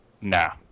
Nah